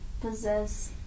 possess